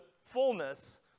fullness